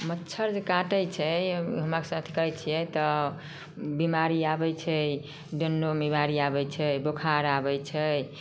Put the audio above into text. मच्छर जे काटैत छै हमरासँ अथी करैत छियै तऽ बीमारी आबैत छै डेन्गू बीमारी आबैत छै बोखार आबैत छै